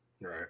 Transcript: Right